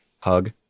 hug